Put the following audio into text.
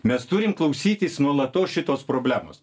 mes turim klausytis nuolatos šitos problemos